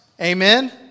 Amen